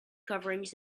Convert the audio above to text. coverings